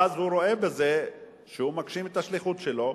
והוא רואה בזה שהוא מגשים את השליחות שלו,